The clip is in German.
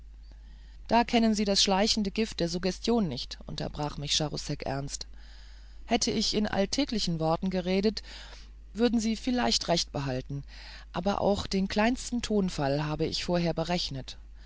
da kennen sie das schleichende gift der suggestion nicht unterbrach mich charousek ernst hätte ich in alltäglichen worten geredet würden sie vielleicht recht behalten aber auch den kleinsten tonfall habe ich vorher berechnet